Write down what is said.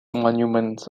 monuments